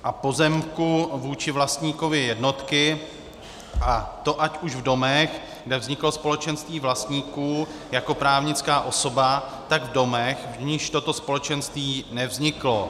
... a pozemku vůči vlastníkovi jednotky, a to ať už v domech, kde vzniklo společenství vlastníků jako právnická osoba, tak v domech v nichž toto společenství nevzniklo.